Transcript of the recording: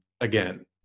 again